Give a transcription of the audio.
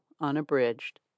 unabridged